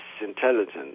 intelligence